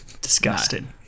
Disgusting